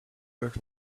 earth